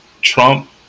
Trump